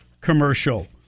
commercial